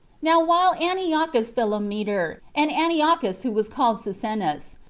now while antiochus philometor, and antiochus who was called cyzicenus,